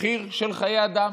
מחיר של חיי אדם.